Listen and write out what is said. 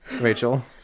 rachel